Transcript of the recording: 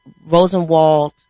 Rosenwald